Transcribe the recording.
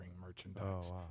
merchandise